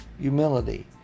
humility